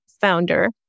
founder